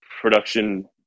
production